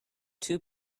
two